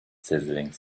sizzling